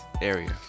area